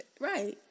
Right